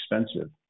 expensive